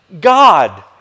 God